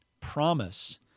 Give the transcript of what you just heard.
promise